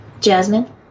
Jasmine